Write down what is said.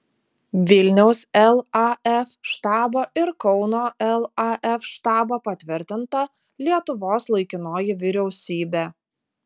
vilniaus laf štabo ir kauno laf štabo patvirtinta lietuvos laikinoji vyriausybė